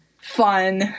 fun